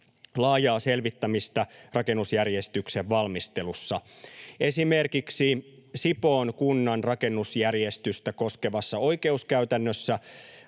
laajaa selvittämistä rakennusjärjestyksen valmistelussa. Esimerkiksi Sipoon kunnan rakennusjärjestystä koskevassa oikeuskäytännössä